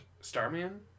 Starman